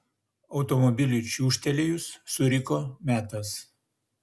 automobiliui čiūžtelėjus suriko metas